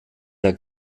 der